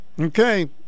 Okay